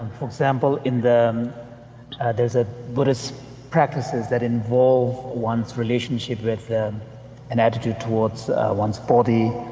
for example, in the there is a buddhist practices that involve one's relationship with an attitude towards one's body,